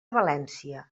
valència